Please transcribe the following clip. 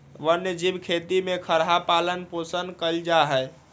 वन जीव खेती में खरहा पालन पोषण कएल जाइ छै